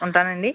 ఉంటాను అండి